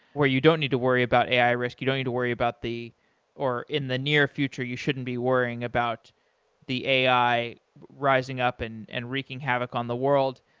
where you don't need to worry about ai risk, you don't need to worry about the or in the near future you shouldn't be worrying about the ai rising up and and wreaking havoc on the world.